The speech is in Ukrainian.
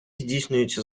здійснюється